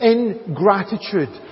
Ingratitude